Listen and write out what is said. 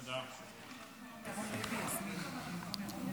תחזיר את הכסף.